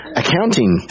accounting